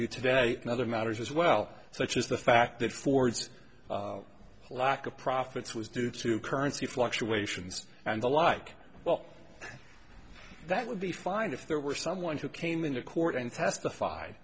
you today and other matters as well such as the fact that ford's lack of profits was due to currency fluctuations and the like well that would be fine if there were someone who came into court and testify